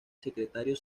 secretario